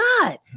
God